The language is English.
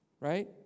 right